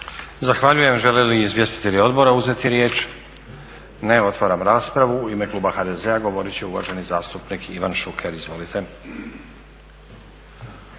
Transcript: Zahvaljujem. Žele li izvjestitelji odbora uzeti riječ? Ne. Otvaram raspravu. U ime kluba HDZ-a govorit će uvaženi zastupnik Ivan Šuker, izvolite.